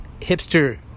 hipster